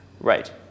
Right